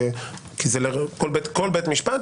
כי זה כל בית משפט,